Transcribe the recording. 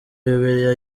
bibiliya